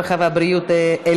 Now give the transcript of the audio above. הרווחה והבריאות,